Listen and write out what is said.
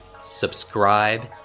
subscribe